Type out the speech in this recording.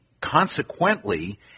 consequently